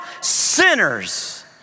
sinners